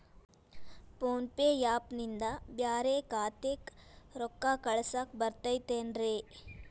Phone pay app ನಿಂದ ಬ್ಯಾರೆ ಖಾತೆಕ್ ರೊಕ್ಕಾ ಕಳಸಾಕ್ ಬರತೈತೇನ್ರೇ?